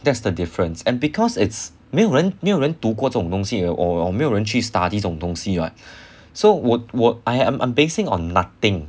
that's the difference and because it's 没有人没有人读过这种东西 at all 没有人去 study 这种东西 right so 我我 I am I'm basing on nothing